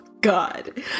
God